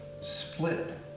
split